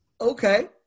okay